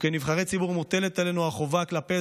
וכנבחרי ציבור מוטלת עלינו החובה כלפי